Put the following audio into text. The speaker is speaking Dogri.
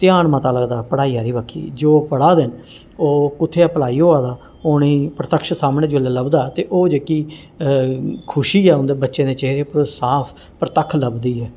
ध्यान मता लगदा पढ़ाई आह्ली बक्खी जो पढ़ा दे न ओह् कुत्थें अप्लाई होआ दा ओह् उ'नें प्रत्यक्ष जिसलै उ'नेंगी लभदा ते ओह् जेह्की खुशी ऐ उं'दे चेह्रे पर बच्चें दे चेह्रें उप्पर ओह् साफ प्रतक्ख लभदी ऐ